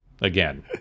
Again